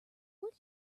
would